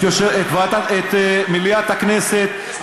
את מליאת הכנסת,